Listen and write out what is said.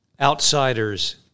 outsiders